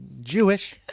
Jewish